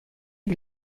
est